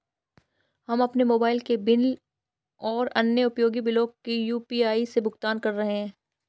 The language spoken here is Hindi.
हम अपने मोबाइल के बिल और अन्य उपयोगी बिलों को यू.पी.आई से भुगतान कर रहे हैं